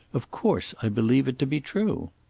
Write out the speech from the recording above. of course i believe it to be true.